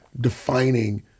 defining